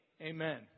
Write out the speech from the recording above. Amen